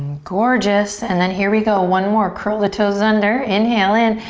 gorgeous and then here we go. one more curl the toes under. inhale in,